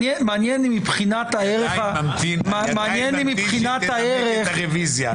אני עדיין ממתין שהיא תנמק את הרוויזיה.